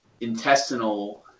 intestinal